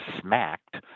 smacked